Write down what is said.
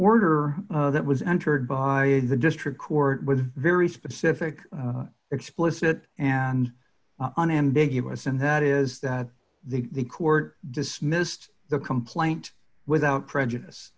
order that was entered by the district court with very specific explicit an unambiguous and that is that the court dismissed the complaint without prejudice